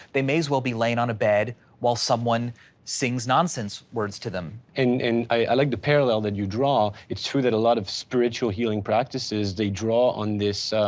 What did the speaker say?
they may as well be laying on a bed while someone sings nonsense words to them. and i like the parallel that you draw. it's true that a lot of spiritual healing practices they draw on